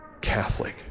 Catholic